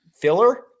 filler